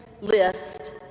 list